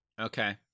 Okay